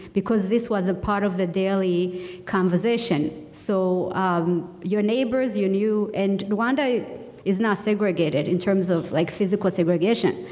because this was a part of the daily conversation. so um your neighbors you knew, and rowanda is not segregated in terms of like physical segregation.